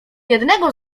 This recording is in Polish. jednego